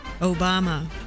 Obama